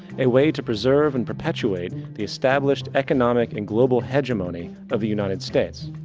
a way to preserve and perpetuate the established economic and global hegemony of the united states.